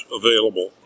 available